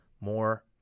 more